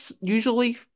usually